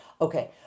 Okay